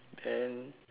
can